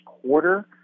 quarter